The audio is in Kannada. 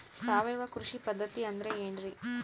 ಸಾವಯವ ಕೃಷಿ ಪದ್ಧತಿ ಅಂದ್ರೆ ಏನ್ರಿ?